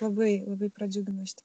labai labai pradžiugino šitas